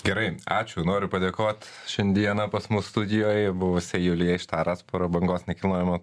gerai ačiū noriu padėkot šiandieną pas mus studijoj buvusiai julijai štaras prabangos nekilnojamo